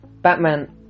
Batman